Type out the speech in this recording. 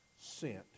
sent